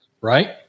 right